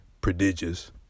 prodigious